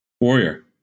warrior